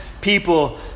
people